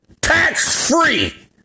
tax-free